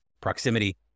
proximity